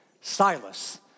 Silas